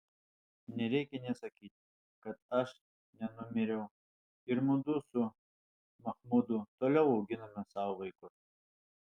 nereikia nė sakyti kad aš nenumiriau ir mudu su machmudu toliau auginome savo vaikus